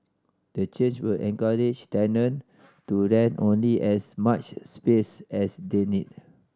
the change will encourage tenant to rent only as much space as they need